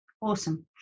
Awesome